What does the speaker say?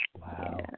Wow